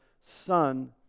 son